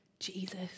Jesus